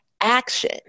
Action